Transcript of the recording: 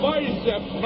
Bicep